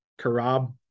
Karab